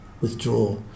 withdraw